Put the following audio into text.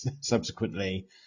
subsequently